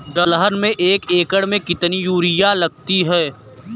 दलहन में एक एकण में कितनी यूरिया लगती है?